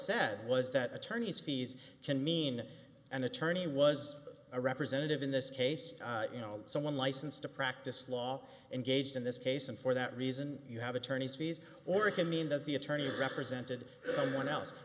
said was that attorney's fees can mean an attorney was a representative in this case you know someone licensed to practice law engaged in this case and for that reason you have attorneys fees or it can mean that the attorney represented someone else